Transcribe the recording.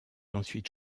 ensuite